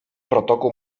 protokół